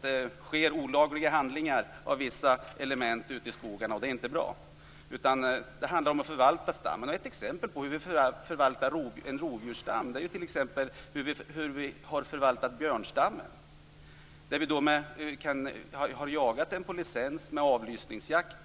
Det sker olagliga handlingar av vissa element ute i skogarna - och det är inte bra. Det handlar i stället om att förvalta stammen. Ett exempel på hur man har förvaltat en rovdjursstam är björnstammen. Man har jagat den på licens med avlysningsjakt.